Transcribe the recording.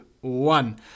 one